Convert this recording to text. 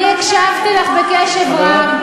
אני הקשבתי לך קשב רב.